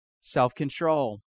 self-control